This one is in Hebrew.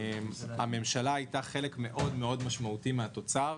הממשלה הייתה חלק מאוד מאוד משמעותי מהתוצר,